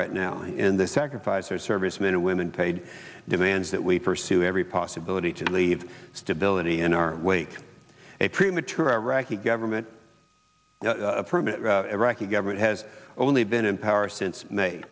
right now in the sacrifice our servicemen and women paid demands that we pursue every possibility to leave stability in our wake a premature iraqi government a permanent iraqi government has only been in power since